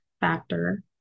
factor